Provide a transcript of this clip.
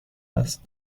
است